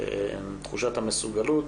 משימה ותחושת המסוגלות.